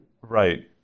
Right